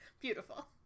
Beautiful